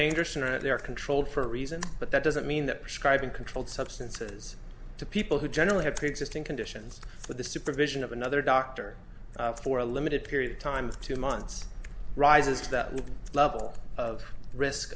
dangerous and they're controlled for a reason but that doesn't mean that prescribing controlled substances to people who generally have preexisting conditions for the supervision of another doctor for a limited period of time of two months rises to the level of risk